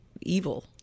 evil